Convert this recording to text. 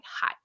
hi